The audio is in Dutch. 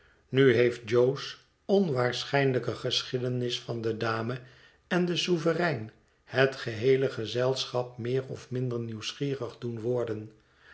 nu heeft jo's onwaarschijnlijke geschiedenis van de dame en den souverein het geheeie gezelschap meer of minder nieuwsgierig doen worden